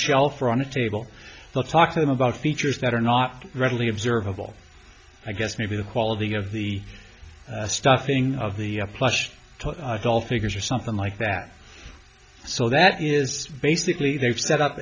shelf or on a table let's talk to them about features that are not readily observable i guess maybe the quality of the stuffing of the plush all figures something like that so that is basically they've set up